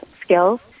skills